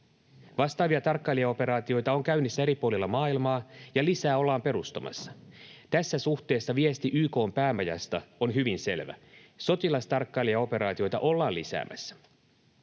Vastaavia tarkkailijaoperaatioita on käynnissä eri puolilla maailmaa, ja lisää ollaan perustamassa. Tässä suhteessa viesti YK:n päämajasta on hyvin selvä: sotilastarkkailijaoperaatioita ollaan lisäämässä.